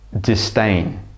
disdain